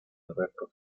alberto